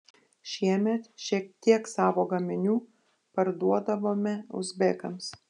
šiemet šiek tiek savo gaminių parduodavome uzbekams